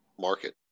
market